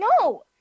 No